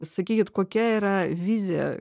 sakykit kokia yra vizija